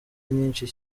nyinshi